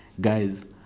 guys